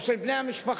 או של בני המשפחה,